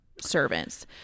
servants